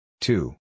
Two